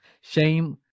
shame